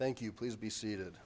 thank you please be seated